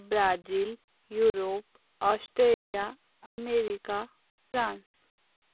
Brazil Europe Australia America France